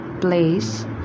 place